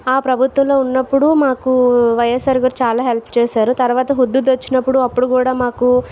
ఆ ప్రభుత్వంలో ఉన్నప్పుడు మాకు వైయస్ఆర్గారు చాలా హెల్ప్ చేశారు తర్వాత హుద్హుద్ వచ్చినపుడు కూడా మాకు